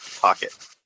pocket